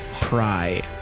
pry